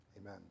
Amen